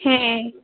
হ্যাঁ